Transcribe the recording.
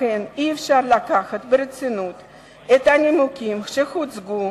לכן אי-אפשר לקחת ברצינות את הנימוקים שהוצגו